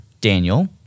Daniel